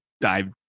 dive